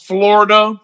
Florida